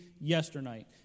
yesternight